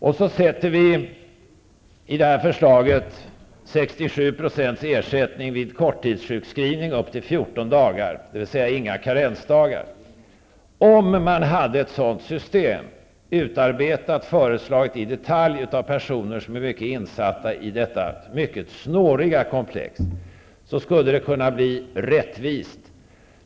Och vi har i detta förslag 67 % ersättning vid korttidssjukskrivning upp till 14 dagar dvs. inga karensdagar. Om man hade ett sådant system, utarbetat och föreslaget i detalj av personer som är väl insatta i detta mycket snåriga komplex, så skulle det kunna bli rättvist.